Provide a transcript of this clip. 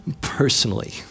personally